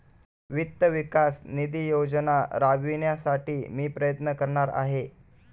वित्त विकास निधी योजना राबविण्यासाठी मी प्रयत्न करणार आहे